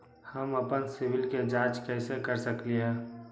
हम अपन सिबिल के जाँच कइसे कर सकली ह?